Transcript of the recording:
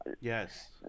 Yes